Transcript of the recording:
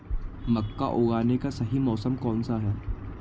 मक्का उगाने का सही मौसम कौनसा है?